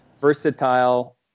versatile